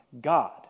God